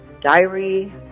diary